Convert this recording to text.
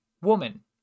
woman